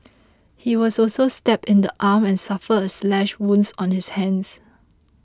he was also stabbed in the arm and suffered a slash wounds on his hands